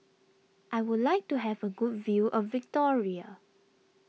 I would like to have a good view of Victoria